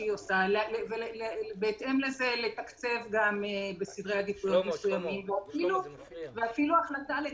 היא שואלת שאלות גם בפן הפרוצדוראלי כמו למשל: האם יש חקירה,